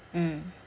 mm